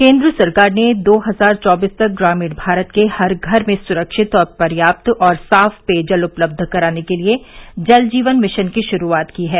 केन्द्र सरकार ने दो हजार चौबीस तक ग्रामीण भारत के हर घर में सुरक्षित पर्याप्त और साफ पेयजल उपलब्ध कराने के लिए जल जीवन मिशन की शुरूआत की है